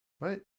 right